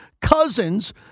Cousins